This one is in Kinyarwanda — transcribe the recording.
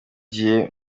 gihe